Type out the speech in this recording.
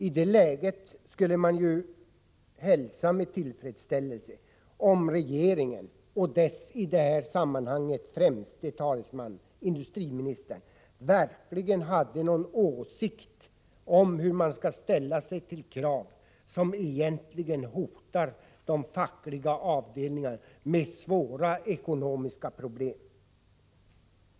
I det läget skulle man hälsa med tillfredsställelse om regeringen och dess i det här sammanhanget främste talesman, industriministern, verkligen hade någon åsikt om hur man skall ställa sig till krav som hotar de fackliga avdelningarna med svåra ekonomiska problem.